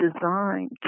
designed